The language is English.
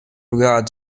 regard